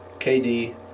KD